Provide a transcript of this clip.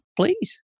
Please